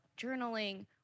journaling